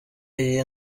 iyi